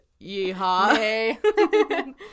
yeehaw